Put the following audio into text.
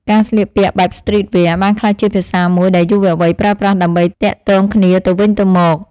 ការស្លៀកពាក់បែបស្ទ្រីតវែរ បានក្លាយជាភាសាមួយដែលយុវវ័យប្រើប្រាស់ដើម្បីទាក់ទងគ្នាទៅវិញទៅមក។